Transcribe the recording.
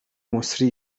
مسری